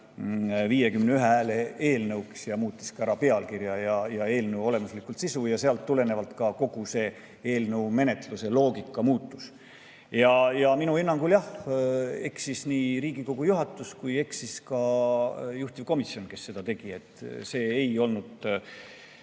51 hääle eelnõuks ja muutis ära pealkirja ja eelnõu olemusliku sisu ning sellest tulenevalt ka kogu see eelnõu menetluse loogika muutus. Ja minu hinnangul jah, eksis nii Riigikogu juhatus kui eksis ka juhtivkomisjon, kes seda tegi. See ei olnud,